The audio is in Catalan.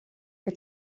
que